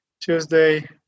Tuesday